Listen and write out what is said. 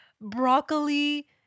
broccoli